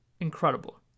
incredible